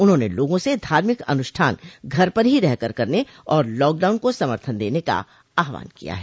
उन्होंने लोगों से धार्मिक अनुंष्ठान घर पर ही रहकर करने और लॉकडाउन को समर्थन देने का आहवान किया है